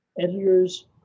editors